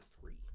three